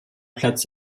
platz